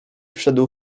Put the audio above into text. wszedł